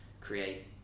create